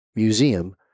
Museum